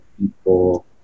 people